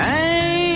Hey